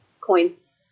coins